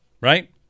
Right